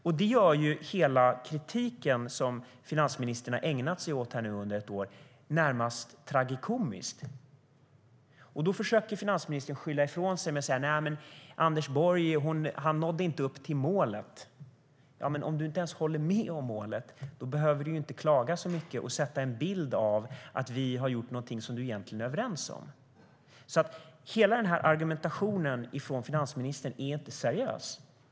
Det gör hela den kritik som finansministern ägnat sig åt under ett år närmast tragikomisk. Finansministern försöker skylla ifrån sig genom att säga att Anders Borg inte nådde upp till målet. Men om finansministern inte ens stöder målet behöver hon inte klaga så mycket. I så fall har vi ju gjort någonting som hon egentligen samtycker till. Hela argumentationen från finansministern är inte seriös.